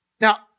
Now